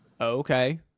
Okay